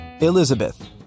elizabeth